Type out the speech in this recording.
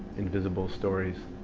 invisible stories